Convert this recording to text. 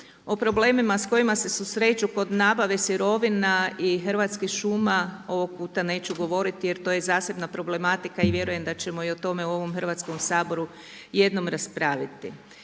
O problemima s kojima se susreću kod nabave sirovina i Hrvatskih šuma, ovog puta neću govoriti jer to je zasebna problematika i vjerujem da ćemo i o tome u ovom Hrvatskom saboru jednom raspraviti.